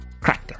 Cracker